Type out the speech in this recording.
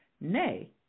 Nay